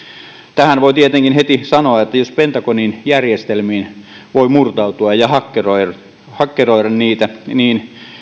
tähän voi tietenkin heti sanoa että jos pentagonin järjestelmiin voi murtautua ja hakkeroida hakkeroida niitä niin